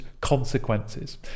consequences